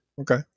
Okay